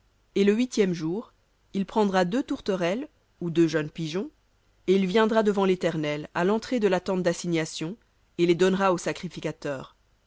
et le huitième jour il prendra deux tourterelles ou deux jeunes pigeons et il viendra devant l'éternel à l'entrée de la tente d'assignation et les donnera au sacrificateur